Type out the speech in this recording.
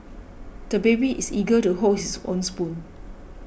the baby is eager to hold his own spoon